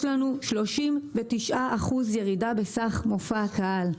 לנו ירידה של 39 אחוזים בסך מופע הקהל.